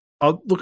Look